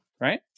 Right